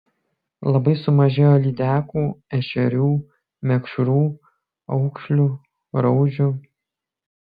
labai sumažėjo lydekų ešerių mekšrų aukšlių raudžių